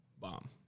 bomb